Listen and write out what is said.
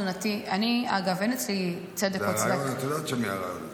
אין אצלי או צדק או צדקה --- את יודעת של מי הרעיון?